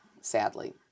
sadly